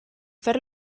fer